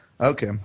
Okay